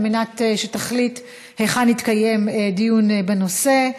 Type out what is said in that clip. על מנת שתחליט היכן יתקיים דיון בנושא.